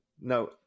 no